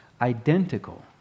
identical